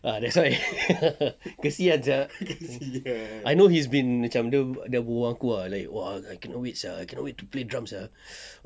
ya that's why kesian sia I know he's been macam dia berbual dengan aku ah like cannot wait sia I cannot wait to play drums sia